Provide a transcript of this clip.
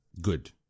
Good